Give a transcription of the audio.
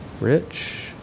rich